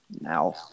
now